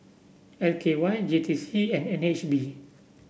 L K Y J T C and N H B